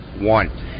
one